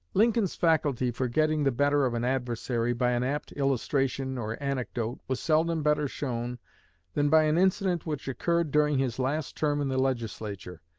lincoln's faculty for getting the better of an adversary by an apt illustration or anecdote was seldom better shown than by an incident which occurred during his last term in the legislature.